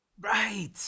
Right